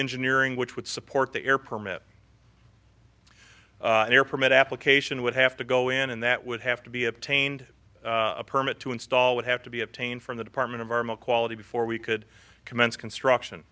engineering which would support the air permit and air permit application would have to go in and that would have to be obtained a permit to install would have to be obtained from the department of arm of quality before we could commence construction